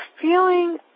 feeling